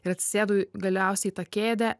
ir atsisėdu galiausiai į tą kėdę